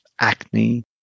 acne